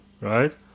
right